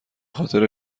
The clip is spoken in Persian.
خاطر